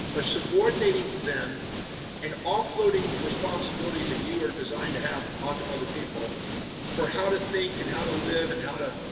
but subordinating to to them and offloading responsibilities that you are designed to have onto other people for how to think and how to live and how to,